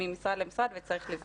-- ממשרד למשרד וצריך לבחון את זה.